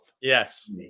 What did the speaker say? Yes